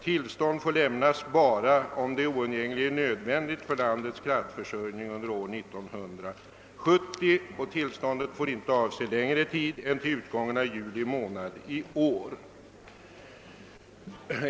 Tillstånd får lämnas bara om det är oundgängligen nödvändigt för landets kraftförsörjning under 1970. Tillståndet får inte avse längre tid än till utgången av juli månad i år.